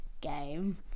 game